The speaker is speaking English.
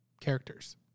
characters